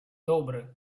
добре